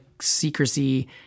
secrecy